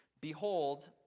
Behold